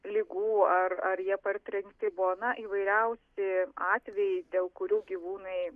ligų ar ar jie partrenkti buvo na įvairiausi atvejai dėl kurių gyvūnai